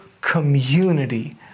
community